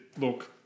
look